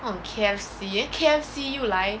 那种 K_F_C then K_F_C 又来